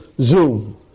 Zoom